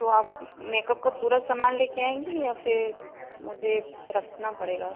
तो आप मेकअप का पूरा समान लेकर आएंगी या फिर मुझे रखना पड़ेगा